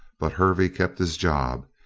but hervey kept his job,